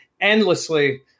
endlessly